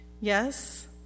Yes